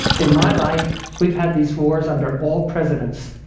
in my life, we've had these wars under all presidents,